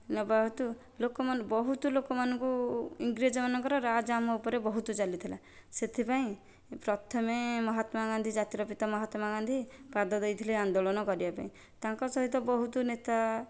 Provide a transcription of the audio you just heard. ନେବା ହେତୁ ଲୋକମାନଙ୍କୁ ବହୁତ ଲୋକମାନଙ୍କୁ ଇଂରେଜ ମାନଙ୍କର ରାଜ ଆମ ଉପରେ ବହୁତ ଚାଲି ଥିଲା ସେଥିପାଇଁ ପ୍ରଥମେ ମହାତ୍ମା ଗାନ୍ଧୀ ଜାତୀର ପିତା ମହାତ୍ମା ଗାନ୍ଧୀ ପାଦ ଦେଇଥିଲେ ଆନ୍ଦୋଳନ କରିବା ପାଇଁ ତାଙ୍କ ସହିତ ବହୁତ ନେତା